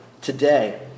today